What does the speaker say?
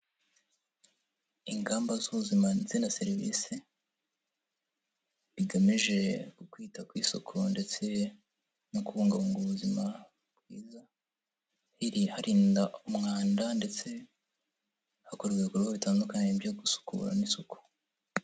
Ingamba z'ubuzima ndetse na service, bigamije ku kwita ku isuku ndetse no kubungabunga ubuzima bwiza, iriharinda umwanda ndetse hakorwa ibikorwa bitandukanye byo gusukura n'isuku.